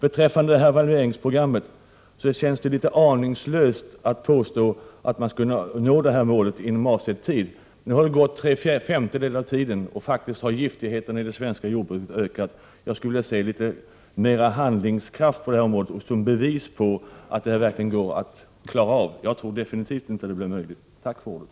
Beträffande halveringsprogrammet vill jag framhålla att det upplevs som litet aningslöst när man påstår att det aktuella målet kan nås inom avsedd tid. Tre femtedelar av tiden har nu gått, men faktum är att gifterna i det svenska jordbruket har ökat. Jag skulle vilja se litet mera handlingskraft på detta område, som ett bevis på att det verkligen går att klara det uppsatta målet. Jag tror absolut inte att det är möjligt. Tack för ordet!